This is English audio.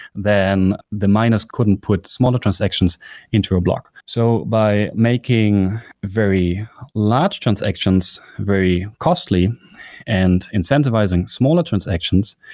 then the miners couldn't put smaller transactions into a block. so by making very large transactions, very costly and incentivizing smaller transactions,